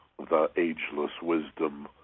theagelesswisdom